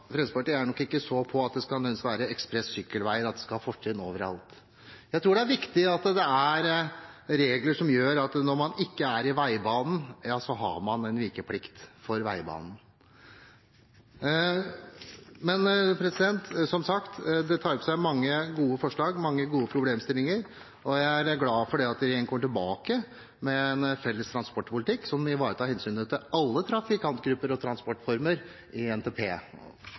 Fremskrittspartiet er nok ikke så for at syklister på ekspressykkelveier nødvendigvis skal ha fortrinn overalt. Jeg tror det er viktig at det er regler som sier at når man ikke er i veibanen, har man vikeplikt for dem som er i veibanen. Som sagt tar representantforslaget opp mange gode forslag og mange gode problemstillinger. Jeg er glad for at regjeringen kommer tilbake med en felles transportpolitikk som ivaretar hensynet til alle trafikantgrupper og transportformer, i NTP.